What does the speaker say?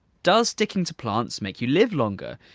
does sticking to plants make you live longer?